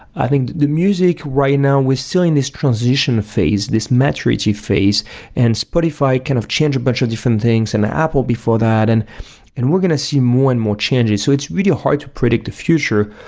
i think the music right now, we're still in this transitional phase, this maturity phase and spotify can kind of change a bunch of different things and apple before that, and and we're going to see more and more changes. so it's really hard to predict the future,